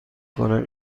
کنم